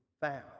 found